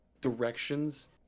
directions